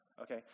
okay